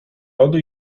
lody